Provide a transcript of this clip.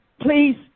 please